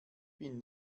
bin